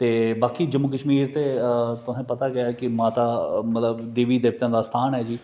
ते बाकी जम्मू कशमीर ते तुसें पता गै है कि माता देबी देबते दा स्थान एह जी